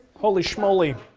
holey schmoley.